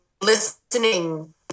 listening